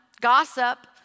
gossip